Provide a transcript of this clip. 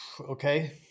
okay